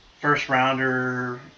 first-rounder